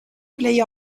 play